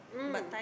mm